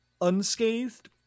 unscathed